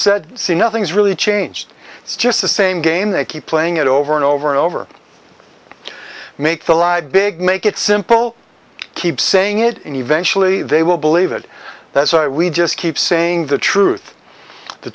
said see nothing's really changed it's just the same game they keep playing it over and over and over make the lied big make it simple keep saying it and eventually they will believe it that we just keep saying the truth the